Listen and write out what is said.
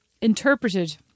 interpreted